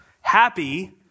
Happy